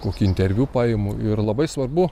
kokį interviu paimu ir labai svarbu